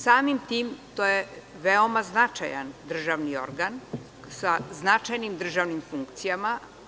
Samim tim, to je veoma značajan državni organ sa značajnim državnim funkcijama.